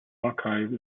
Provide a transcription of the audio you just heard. archive